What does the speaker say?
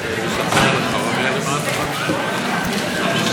אי-אמון בממשלה לא נתקבלה.